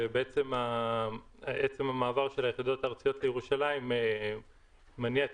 שעצם המעבר של היחידות הארציות לירושלים מניע את